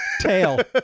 tail